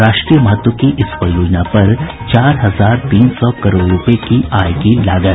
राष्ट्रीय महत्व की इस परियोजना पर चार हजार तीन सौ करोड़ रूपये की आयेगी लागत